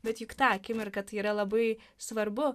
bet juk tą akimirką tai yra labai svarbu